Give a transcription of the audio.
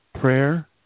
prayer